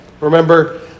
remember